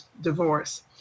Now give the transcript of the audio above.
divorce